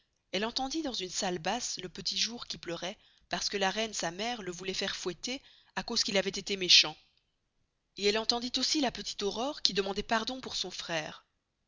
elle entendit dans une salle basse le petit jour qui pleuroit parce que la reine sa mere le vouloit faire foüetter à cause qu'il avoit esté méchant et elle entendit aussi la petite aurore qui demandoit pardon pour son frere